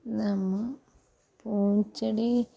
നമ്മൾ പൂച്ചെടി